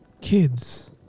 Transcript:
kids